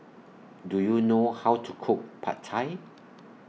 Do YOU know How to Cook Pad Thai